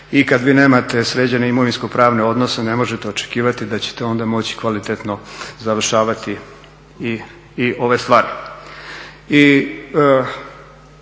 i kad vi nemate sređene imovinsko-pravne odnose ne možete očekivati da ćete onda moći kvalitetno završavati i ove stvari.